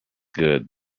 good